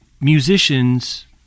musicians